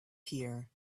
here